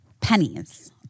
pennies